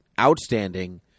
outstanding